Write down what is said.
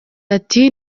ati